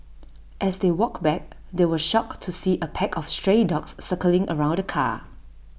as they walked back they were shocked to see A pack of stray dogs circling around the car